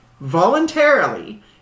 voluntarily